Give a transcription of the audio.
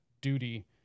duty